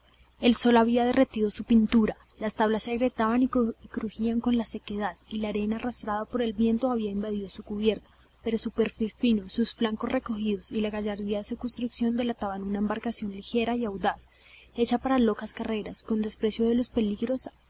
el sol había derretido su pintura las tablas se agrietaban y crujían con la sequedad y la arena arrastrada por el viento había invadido su cubierta pero su perfil fino sus flancos recogidos y la gallardía de su construcción delataban una embarcación ligera y audaz hecha para locas carreras con desprecio a los peligros